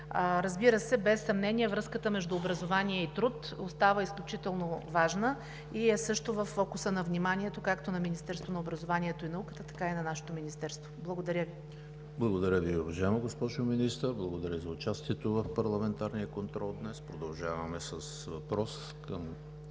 Разбира се, без съмнение връзката между образование и труд остава изключително важна и е също във фокуса на вниманието както на Министерство на образованието и науката, така и на нашето министерство. Благодаря Ви. ПРЕДСЕДАТЕЛ ЕМИЛ ХРИСТОВ: Благодаря Ви, уважаема госпожо Министър. Благодаря за участието в Парламентарния контрол днес. Продължаваме с въпрос към